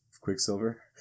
Quicksilver